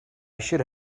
should